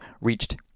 reached